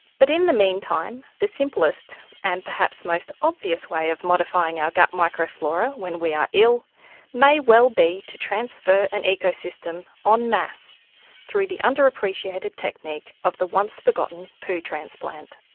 but in the meantime, the simplest and perhaps most obvious way of modifying our gut microflora when we are ill may well be to transfer an ecosystem en masse through the under-appreciated technique of the once forgotten poo transplant.